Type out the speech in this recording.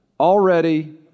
Already